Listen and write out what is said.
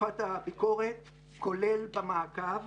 בתקופת הביקורת כולל במעקב